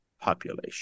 population